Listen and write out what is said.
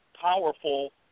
powerful